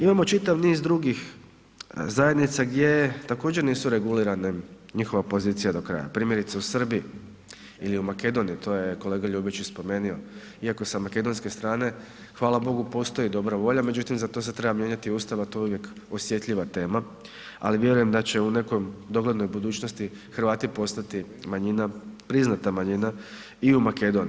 Imamo čitav niz drugih zajednica gdje također nisu regulirane njihova pozicija do kraja, primjerice u Srbiji ili u Makedoniji, to je kolega Ljubić i spomenio iako sa makedonske strane hvala Bogu postoji dobra volja, međutim za to se treba mijenjat Ustav, a to je uvijek osjetljiva tema, ali vjerujem da će u nekoj doglednoj budućnosti Hrvati postati manjina, priznata manjina i u Makedoniji.